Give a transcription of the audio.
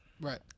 Right